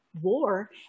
war